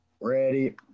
Ready